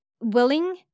willing